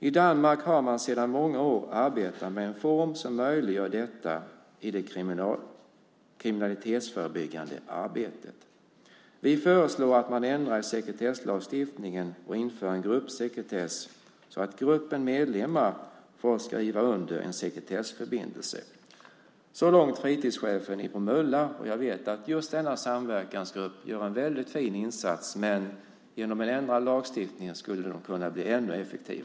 I Danmark har man sedan många år arbetat med en form som möjliggör detta i det kriminalitetsförebyggande arbetet. Vi föreslår att man ändrar i sekretesslagstiftningen och inför en gruppsekretess så att gruppens medlemmar får skriva under en sekretessförbindelse. Så långt fritidschefen i Bromölla. Jag vet att just denna samverkansgrupp gör en väldigt fin insats, men med en ändrad lagstiftning skulle den kunna bli ännu mer effektiv.